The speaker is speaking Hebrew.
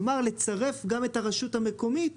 כלומר, לצרף גם את הרשות המקומית